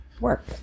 work